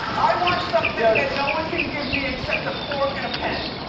i want something that no one can give me except a court and a pen.